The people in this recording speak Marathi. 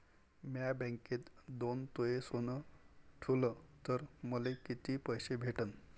म्या बँकेत दोन तोळे सोनं ठुलं तर मले किती पैसे भेटन